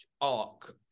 arc